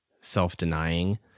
self-denying